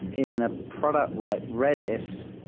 in a product like redis,